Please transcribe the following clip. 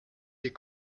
des